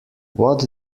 what